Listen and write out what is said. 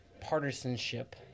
partisanship